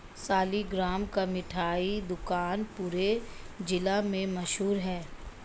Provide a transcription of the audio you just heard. सालिगराम का मिठाई दुकान पूरे जिला में मशहूर है